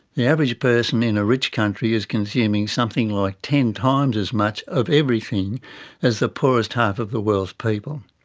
the average person in a rich country is consuming something like ten times as much of everything as the poorest half of the world's people.